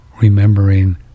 remembering